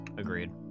Agreed